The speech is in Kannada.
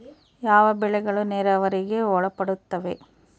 ಯಾವ ಬೆಳೆಗಳು ನೇರಾವರಿಗೆ ಒಳಪಡುತ್ತವೆ?